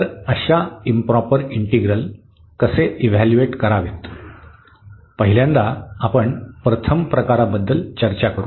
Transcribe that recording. तर अशा improper integral कसे इव्हॅल्यूएट करावेत पहिल्यांदा आपण प्रथम प्रकाराबद्दल चर्चा करू